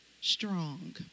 strong